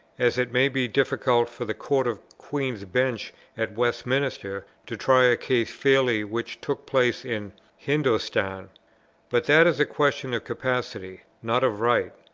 as it may be difficult for the court of queen's bench at westminster to try a case fairly which took place in hindostan but that is a question of capacity, not of right.